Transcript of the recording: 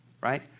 right